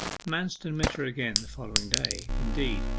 manston met her again the following day indeed,